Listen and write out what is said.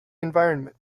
environment